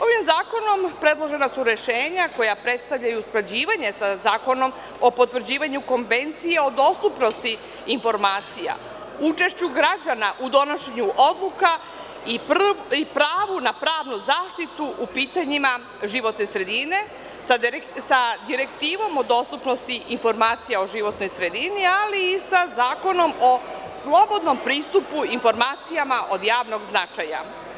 Ovim zakonom predložena su rešenja koja predstavljaju usklađivanje sa Zakonom o potvrđivanju konvencije o dostupnosti informacija, učešću građana u donošenju odluka i pravo na pravnu zaštitu u pitanjima životne sredine sa Direktivom o dostupnosti informacija o životnoj sredini, ali i sa Zakonom o slobodnom pristupu informacijama od javnog značaja.